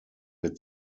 wird